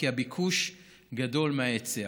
כי הביקוש גדול מההיצע.